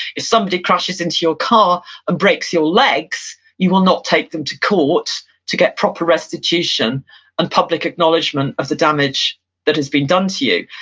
if somebody crashes into your car and breaks your legs, you will not take them to court to get proper restitution and public acknowledgement of the damage that has been done to you.